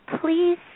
please